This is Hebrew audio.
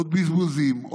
עוד בזבוזים,